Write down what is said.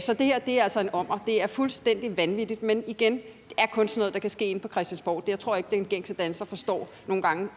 Så det her er altså en ommer. Det er fuldstændig vanvittigt, og jeg gentager: Det er noget, der kun kan ske inde på Christiansborg. Jeg tror ikke, at den gængse dansker altid forstår,